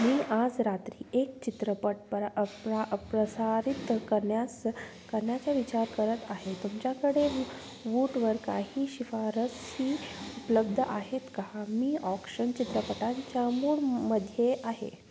मी आज रात्री एक चित्रपट परा अ प्रा प्रसारित कण्यास करण्याचा विचार करत आहे तुमच्याकडे वूटवर काही शिफारसी उपलब्ध आहेत का मी ऑक्शन चित्रपटांच्या मूडमध्ये आहे